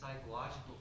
psychological